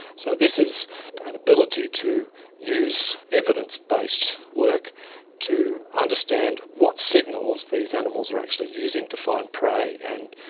so this is an ability to use evidence-based work to understand what signals these animals are actually using to find prey and,